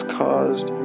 caused